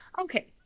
Okay